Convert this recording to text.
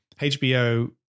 HBO